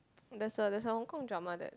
there's a there's a Hong Kong drama that